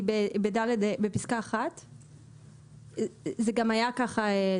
היא נמצאת בפסקה 1. זה גם היה ככה,